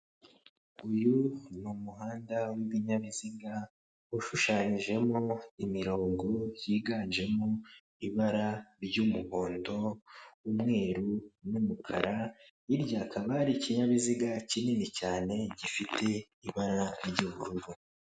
Uyu ni umuhanda w'ibinyabiziga, ushushanyijemo imirongo yiganjemo ibara ry'umuhondo, umweruru, n'umukara, hirya hakaba hari ikinyabiziga kinini cyane, gifite ibara ry'ubururu.